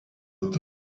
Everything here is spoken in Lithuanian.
metu